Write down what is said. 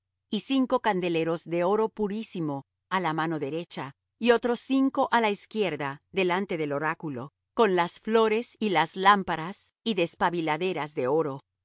y cinco candeleros de oro purísimo á la mano derecha y otros cinco á la izquierda delante del oráculo con las flores y las lámparas y despabiladeras de oro